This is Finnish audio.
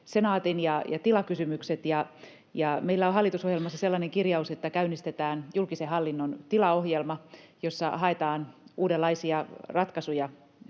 Senaatin ja tilakysymykset. Meillä on hallitusohjelmassa sellainen kirjaus, että käynnistetään julkisen hallinnon tilaohjelma, jossa haetaan uudenlaisia ratkaisuja